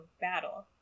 battle